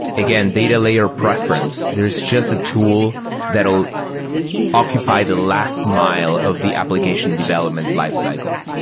again, data layer preference. there is just a tool that'll occupy the last mile of the application development lifecycle.